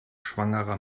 schwangerer